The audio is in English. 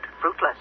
fruitless